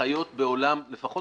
חיות בעולם של אפס